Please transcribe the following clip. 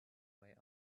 way